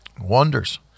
Wonders